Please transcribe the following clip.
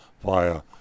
via